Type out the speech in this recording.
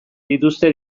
dituzte